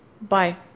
bye